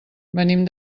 venim